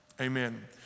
amen